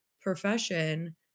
profession